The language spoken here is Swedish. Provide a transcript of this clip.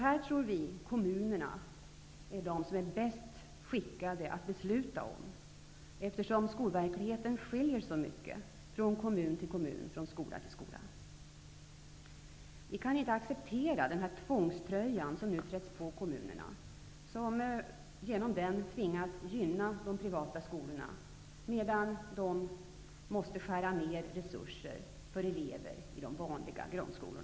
Vi tror att kommunerna är bäst skickade att besluta om detta, eftersom det är så stora skillnader i skolverkligheten från kommun till kommun, från skola till skola. Vi kan inte acceptera den tvångströja som nu trätts på kommunerna. Härigenom tvingas ju dessa att gynna de privata skolorna, medan nedskärningar måste göras i fråga om resurserna för elever i vanliga grundskolor.